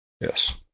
Yes